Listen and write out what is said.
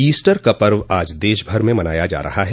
Easter का पर्व आज देशभर में मनाया जा रहा है